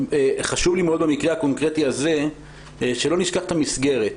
חשוב לי מאוד במקרה הקונקרטי הזה שלא נשכח את המסגרת.